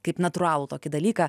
kaip natūralų tokį dalyką